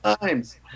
times